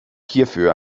hierfür